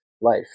life